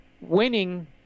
Winning